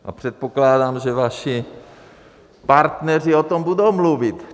A předpokládám, že vaši partneři o tom budou mluvit.